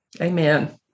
Amen